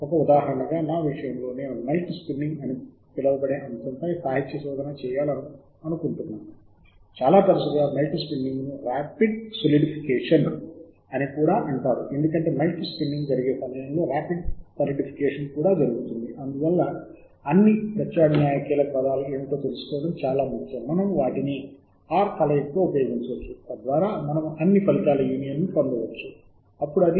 మొదటిసారిగా ఒక అంశంపై సాహిత్య శోధన చేస్తున్న వ్యక్తి కోసం మొత్తం సమయ వ్యవధిని ఉపయోగించమని సలహా ఇస్తాను